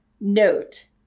Note